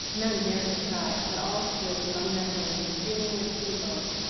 none dared to try, but all stood and wrung their hands, screaming like sea-gulls,